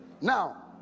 Now